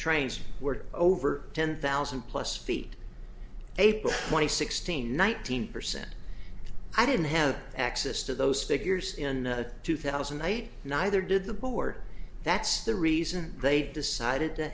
trains were over ten thousand plus feet eight twenty sixteen one thousand percent i didn't have access to those figures in two thousand and eight neither did the board that's the reason they decided to